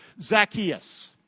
Zacchaeus